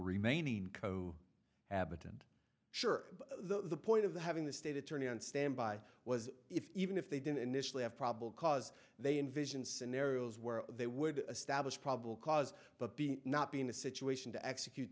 remaining co habitant sure the point of having the state attorney on standby was if even if they didn't initially have probable cause they envision scenarios where they would establish probable cause but be not be in a situation to execute